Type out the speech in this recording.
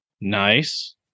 nice